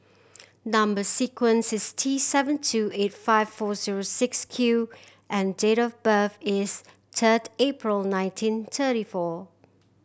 number sequence is T seven two eight five four zero six Q and date of birth is third April nineteen thirty four